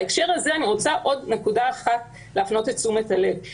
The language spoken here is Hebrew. בהקשר הזה אני רוצה להפנות את תשומת הלב לעוד נקודה אחת: